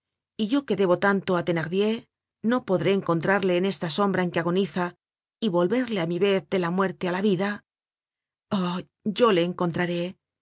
y yo que debo tanto á thenardier no podré encontrarle en esta sombra en que agoniza y volverle á mi vez de la muerte á la vida ah yo le encontraré